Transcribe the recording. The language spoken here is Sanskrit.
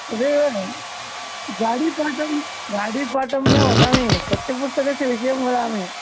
तदेव गडीपाटं गाडीपाटं न वदामि पठ्यपुस्तकस्य विषयं वदामि